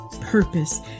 purpose